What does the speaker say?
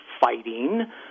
fighting